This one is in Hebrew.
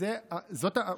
עזוב אותך.